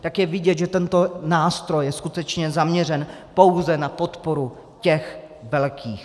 Tak je vidět, že tento nástroj je skutečně zaměřen pouze na podporu těch velkých.